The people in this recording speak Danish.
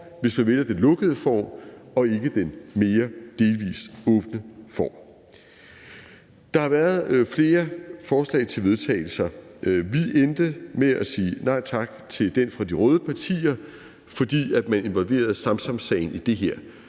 hvis man vælger den lukkede form og ikke den mere delvis åbne form. Der er blevet fremsat flere forslag til vedtagelse. Vi endte med at sige nej tak til det fra de røde partier, fordi man involverede Samsamsagen i det her.